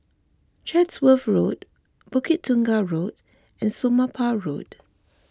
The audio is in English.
Chatsworth Road Bukit Tunggal Road and Somapah Road